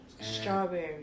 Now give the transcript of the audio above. Strawberry